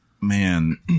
man